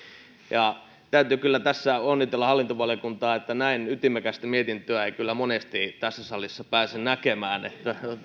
täytyy kyllä tässä onnitella hallintovaliokuntaa että näin ytimekästä mietintöä ei kyllä monesti tässä salissa pääse näkemään